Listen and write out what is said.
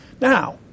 Now